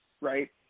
right